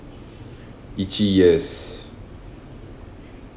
itchy ears